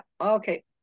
Okay